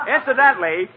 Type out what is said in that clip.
Incidentally